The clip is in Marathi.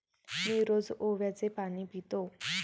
मी रोज ओव्याचे पाणी पितो